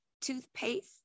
toothpaste